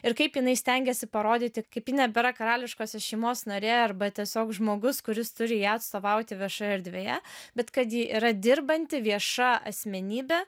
ir kaip jinai stengėsi parodyti kaip ji nebėra karališkosios šeimos narė arba tiesiog žmogus kuris turi ją atstovauti viešoje erdvėje bet kad ji yra dirbanti vieša asmenybė